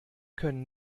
können